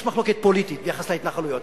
יש מחלוקת פוליטית ביחס להתנחלויות,